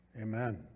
Amen